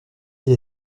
elle